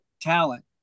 talent